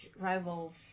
rivals